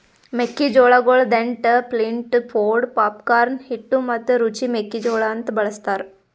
ಮೆಕ್ಕಿ ಜೋಳಗೊಳ್ dent, flint, pod, popcorn, ಹಿಟ್ಟು ಮತ್ತ ರುಚಿ ಮೆಕ್ಕಿ ಜೋಳ ಅಂತ್ ಬಳ್ಸತಾರ್